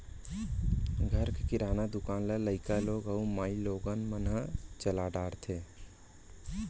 घर के किराना दुकान ल लइका लोग अउ माइलोगन मन ह चला डारथें